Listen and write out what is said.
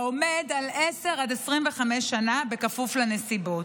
העומד על 10 עד 25 שנה, בכפוף לנסיבות.